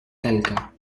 talca